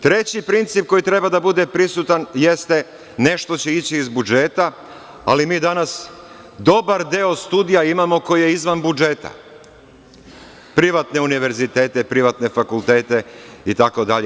Treći princip koji treba da bude prisutan jeste nešto će ići iz budžeta, ali mi danas dobar deo studija imamo koja je izvan budžeta, privatne univerzitete, privatne fakultete, itd.